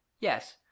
yes